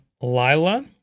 Lila